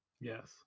Yes